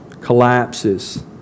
collapses